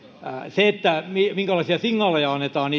siitä minkälaisia signaaleja annetaan